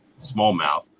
smallmouth